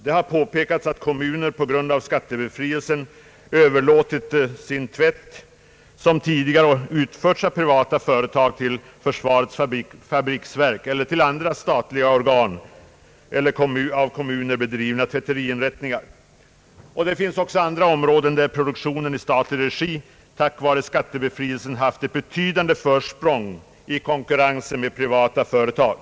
Det har påpekats att kommuner på grund av skattebefrielsen överlåter sin tvätt som tidigare utförts av privata företag till försvarets fabriksverk eller till andra statliga organ eller av kommuner bedrivna tvätteriinrättningar. Det finns också andra områden där produktion i statlig regi tack vare skattebefrielsen haft ett betydande försprång i konkurrensen med privata företag.